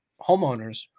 homeowners